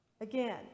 Again